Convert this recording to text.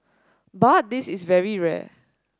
but this is very rare